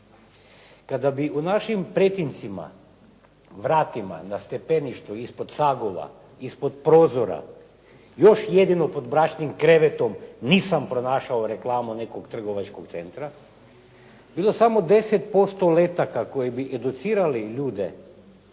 Kada bi u našim pretincima, vratima, na stepeništu ispod sagova, ispod prozora, još jedino pod bračnim krevetom nisam pronašao reklamu nekog trgovačkog centra, bilo samo 10% letaka koji bi educirali ljude